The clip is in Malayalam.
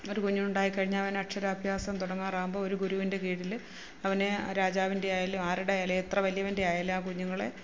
ഒരു കുഞ്ഞുണ്ടായി കഴിഞ്ഞാൽ അവന് അക്ഷരാഭ്യാസം തുടങ്ങാറാവുമ്പം ഒരു ഗുരുവിൻ്റെ കീഴിൽ അവനെ രാജാവിൻ്റെ ആയാലും ആരുടെ ആയാലും എത്ര വലിയവൻ്റെ ആയാലും ആ കുഞ്ഞുങ്ങളെ